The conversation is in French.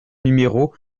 numéro